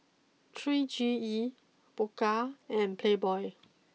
three C E Pokka and Playboy